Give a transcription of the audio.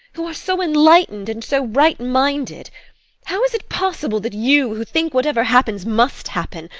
who are so enlightened and so right-minded how is it possible that you, who think whatever happens must happen,